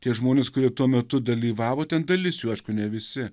tie žmonės kurie tuo metu dalyvavo ten dalis jų aišku ne visi